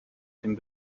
den